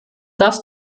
das